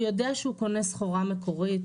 הוא יודע שהוא קונה סחורה מקורית,